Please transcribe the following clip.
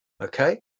okay